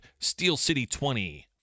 steelcity20